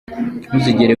ntuzigere